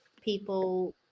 people